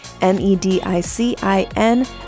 M-E-D-I-C-I-N